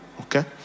Okay